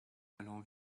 allant